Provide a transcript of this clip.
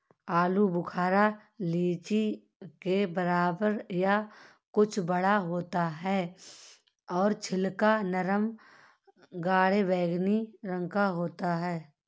आलू बुखारा लीची के बराबर या कुछ बड़ा होता है और छिलका नरम गाढ़े बैंगनी रंग का होता है